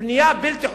בנייה בלתי חוקית.